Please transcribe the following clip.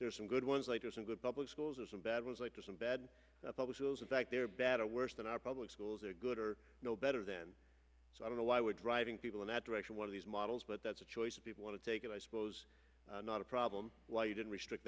there's some good ones like there's some good public schools and some bad ones like to some bad public those in fact they're bad or worse than our public schools are good or no better than so i don't know why would driving people in that direction one of these models but that's a choice people want to take it i suppose not a problem why you didn't restrict